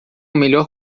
melhor